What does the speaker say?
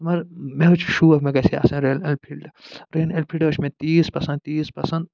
مگر مےٚ حظ چھُ شوق مےٚ گژھِ ہے آسٕنۍ رایل اٮ۪نفیٖلڈٕ رایل اٮ۪نفیٖلڈٕ حظ چھِ مےٚ تیٖژ پسنٛد تیٖژ پسنٛد